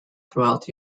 throughout